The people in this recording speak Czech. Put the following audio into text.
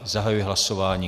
Zahajuji hlasování.